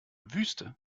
wüste